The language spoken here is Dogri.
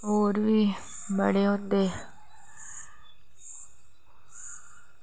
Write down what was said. होर बी बड़े होंदे